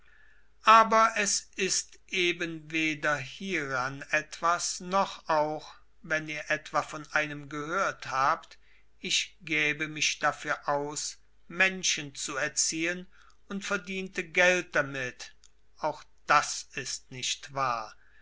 aber es ist eben weder hieran etwas noch auch wenn ihr etwa von einem gehört habt ich gäbe mich dafür aus menschen zu erziehen und verdiente geld damit auch das ist nicht wahr